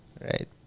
right